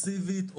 מסיבית,